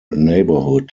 neighborhood